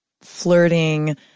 flirting